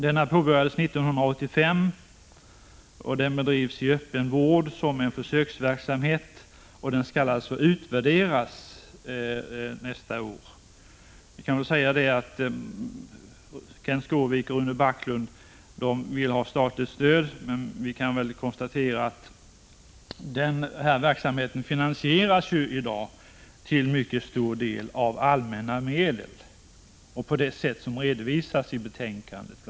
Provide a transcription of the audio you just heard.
Den påbörjades 1985 och bedrivs i öppen vård som en försöksverksamhet, som skall utvärderas nästa år. Kenth Skårvik och Rune Backlund vill alltså att statligt stöd skall utgå, men vi kan ju konstatera att verksamheten i dag till mycket stor del finansieras av allmänna medel på det sätt som redovisas i betänkandet. Bl.